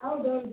ಹೌದೌದು